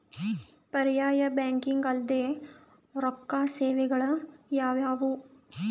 ಪರ್ಯಾಯ ಬ್ಯಾಂಕಿಂಗ್ ಅಲ್ದೇ ರೊಕ್ಕ ಸೇವೆಗಳು ಯಾವ್ಯಾವು?